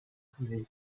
privé